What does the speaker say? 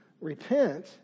repent